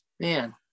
Man